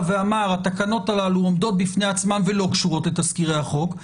ואמר שהתקנות הללו עומדות בפני עצמן ולא קשורות לתזכירי החוק,